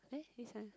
eh this one